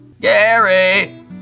Gary